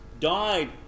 died